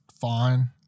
fine